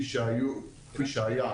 כפי שהיה,